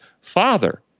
Father